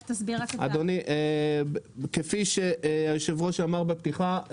כפי שהיושב-ראש אמר בפתיחה,